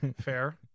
Fair